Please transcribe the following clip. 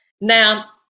Now